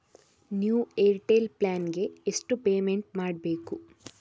New Airtel plan ಗೆ ಎಷ್ಟು payment ಮಾಡ್ಬೇಕು?